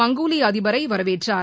மங்கோலிய அதிபரை வரவேற்றார்